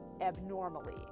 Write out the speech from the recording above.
abnormally